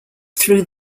through